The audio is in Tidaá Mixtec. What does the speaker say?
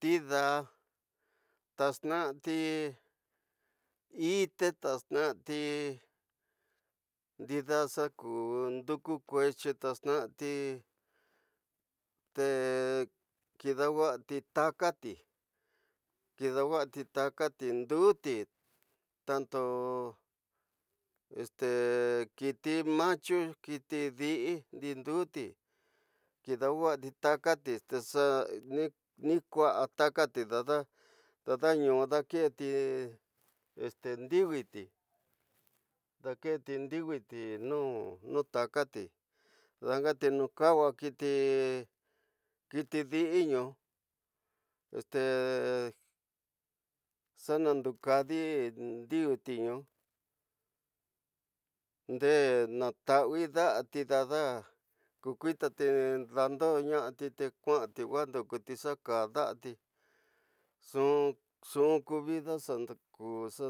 Tidaa tastnati'ite, tastnati ndida xa ku wuku kutyi, tastnati te kida wati takati kida wati takati nduti ñaato, kiti macho, kiti dii nindi ti kida wati takati te xa ni kara takati te dada, dada ñu daketi ndiwiti, daketi ñadi ñu mu takati danga te ñu kawa kiti ñu fe xa nandu ñadi ndiwu te ñu nde nataawi daati dada ku kui kiti nda ndo narati te kitat wanduku ti xa kaa daati nxu ku vida